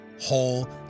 whole